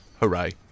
hooray